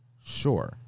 sure